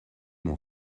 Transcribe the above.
mon